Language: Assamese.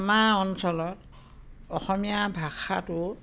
আমাৰ অঞ্চলত অসমীয়া ভাষাটো